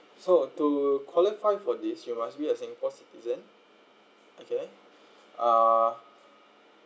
so to qualify for this you must be a singapore citizen okay uh